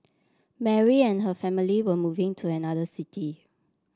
Mary and her family were moving to another city